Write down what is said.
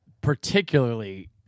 particularly